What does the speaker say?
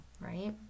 right